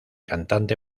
cantante